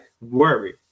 worry